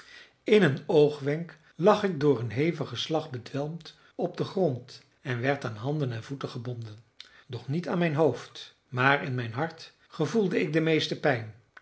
in een oogwenk lag ik door een hevigen slag bedwelmd op den grond en werd aan handen en voeten gebonden doch niet aan mijn hoofd maar in mijn hart gevoelde ik de meeste pijn